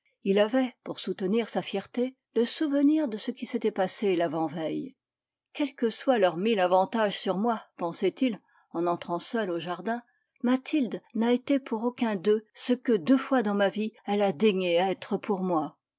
il avait pour soutenir sa fierté le souvenir de ce qui s'était passé l'avant-veille quels que soient leurs mille avantages sur moi pensait-il en entrant seul au jardin mathilde n'a été pour aucun d'eux ce que deux fois dans ma vie elle a daigné être pour moi